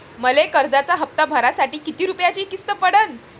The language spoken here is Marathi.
मले कर्जाचा हप्ता भरासाठी किती रूपयाची किस्त पडन?